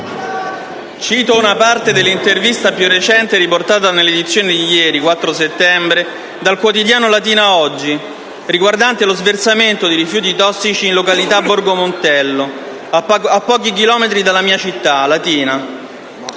Cito una parte dell'intervista più recente, riportata nell'edizione di ieri - 4 settembre - del quotidiano «Latina oggi», riguardante lo sversamento di rifiuti tossici in località Borgo Montello, a pochi chilometri dalla mia città, Latina: